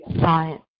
science